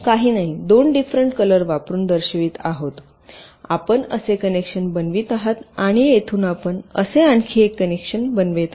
काही दोन different colour वापरुन दर्शवित आहेत आपण असे कनेक्शन बनवित आहात आणि येथून आपण असे आणखी एक कनेक्शन बनवित आहात